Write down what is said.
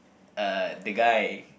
uh the guy